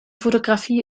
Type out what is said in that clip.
fotografie